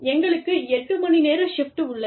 எங்களுக்கு எட்டு மணிநேர ஷிப்ட் உள்ளது